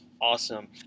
Awesome